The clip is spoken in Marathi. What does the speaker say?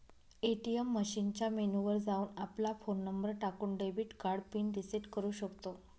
ए.टी.एम मशीनच्या मेनू वर जाऊन, आपला फोन नंबर टाकून, डेबिट कार्ड पिन रिसेट करू शकतो